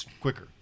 quicker